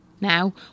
now